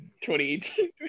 2018